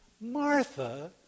Martha